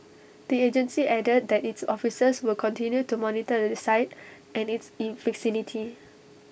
the agency added that its officers will continue to monitor the site and its in vicinity